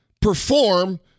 perform